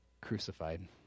crucified